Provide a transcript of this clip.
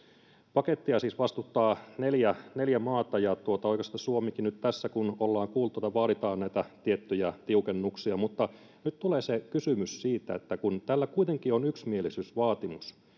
pakettia siis vastustaa neljä neljä maata ja oikeastaan suomikin nyt tässä kuten ollaan kuultu vaatii näitä tiettyjä tiukennuksia mutta nyt tulee se kysymys siitä että kun tällä kuitenkin on yksimielisyysvaatimus